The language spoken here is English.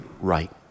right